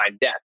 death